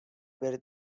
per